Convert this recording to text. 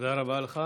תודה רבה לך.